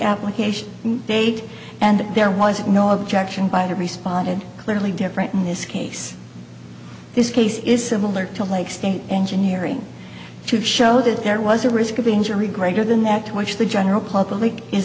application date and there was no objection by the responded clearly different in this case this case is similar to lake state engineering to show that there was a risk of injury greater than that to which the general public is